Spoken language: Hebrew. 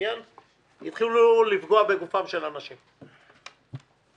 תרשום לך כל דבר שמרגיז אותך.